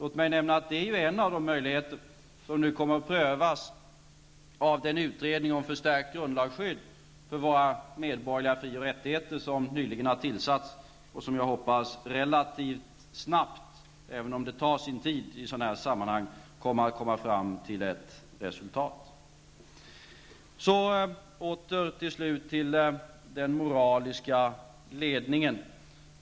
Låt mig säga att det är en av de möjligheter som nu kommer att prövas av den utredning om förstärkt grundlagsskydd för våra medborgerliga fri och rättigheter som nyligen har tillsatts och som jag hoppas relativt snabbt kommer att komma fram till ett resultat, även om det tar sin tid i sådana sammanhang. Jag vill sedan ta upp den moraliska ledningen.